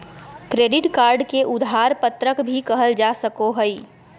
credit card के उधार पत्रक भी कहल जा सको हइ